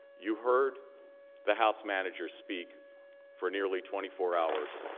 you heard the house managers speak for nearly twenty four hours